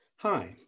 Hi